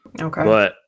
Okay